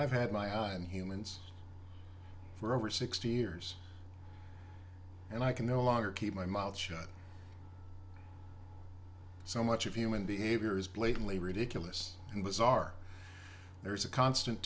i've had my eyes and humans for over sixty years and i can no longer keep my mouth shut so much of human behavior is blatantly ridiculous and bizarre there is a constant